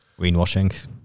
Greenwashing